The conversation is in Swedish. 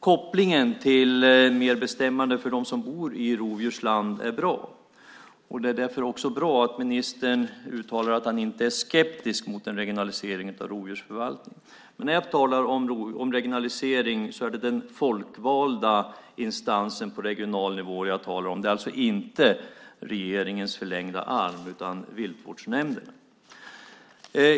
Kopplingen till mer bestämmande för dem som bor i rovdjursland är bra. Det är därför också bra att ministern uttalar att han inte är skeptisk mot en regionalisering av rovdjursförvaltningen. Men när jag talar om regionalisering är det den folkvalda instansen på regional nivå som jag talar om. Det är alltså inte regeringens förlängda arm utan viltvårdsnämnderna.